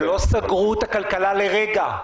הם לא סגרו את הכלכלה לרגע.